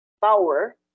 power